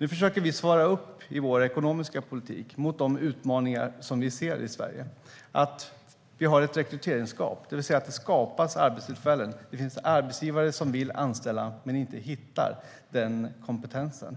Nu försöker vi svara upp i vår ekonomiska politik mot de utmaningar som vi ser i Sverige. Det finns ett rekryteringsgap, det vill säga det skapas arbetstillfällen men arbetsgivare som vill anställa hittar inte den kompetens som